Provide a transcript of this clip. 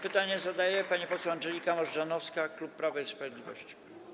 Pytanie zadaje pani poseł Andżelika Możdżanowska, klub Prawo i Sprawiedliwość.